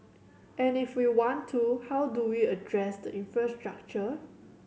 and if we want to how do we address the infrastructure